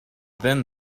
then